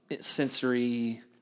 sensory